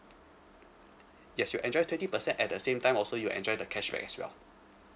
yes you enjoy twenty percent at the same time also you enjoy the cashback as well